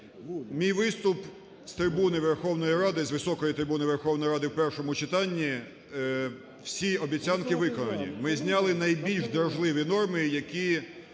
Ради, з високої трибуни Верховної Ради в першому читанні, всі обіцянки виконані, ми зняли найбільш дражливі норми, які